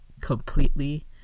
completely